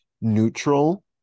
neutral